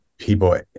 people